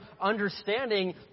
understanding